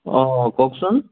অঁ কওকচোন